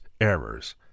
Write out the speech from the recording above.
errors